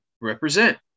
represent